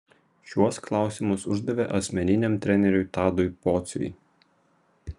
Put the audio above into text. šiuos klausimus uždavė asmeniniam treneriui tadui pociui